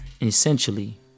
essentially